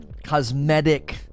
cosmetic